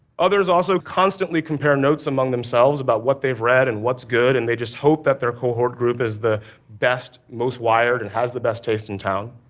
others also constantly compare notes among themselves about what they've read and what's good, and they just hope that their cohort group is the best, most wired and has the best taste in town.